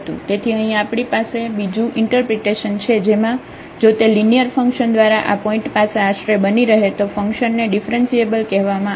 તેથી અહી પણ આપણી પાસે બીજું ઇન્ટરપ્રિટેશન છે જેમાં જો તે લિનિયર ફંકશન દ્વારા આ પોઇન્ટ પાસે આશરે બની રહે તો ફંકશન ને ડિફ્રન્સિએબલ કહેવામાં આવે છે